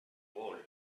goal